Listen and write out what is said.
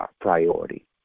priority